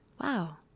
Wow